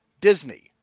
Disney